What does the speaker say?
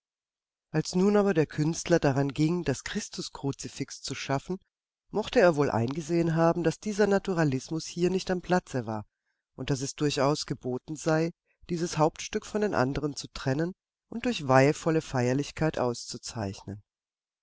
als nun aber der künstler daran ging das christus kruzifix zu schaffen mochte er wohl eingesehen haben daß dieser naturalismus hier nicht am platze war und daß es durchaus geboten sei dieses hauptstück von den anderen zu trennen und durch weihevolle feierlichkeit auszuzeichnen